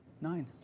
Nine